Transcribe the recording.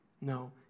No